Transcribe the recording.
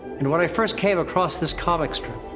and when i first came across this comic strip,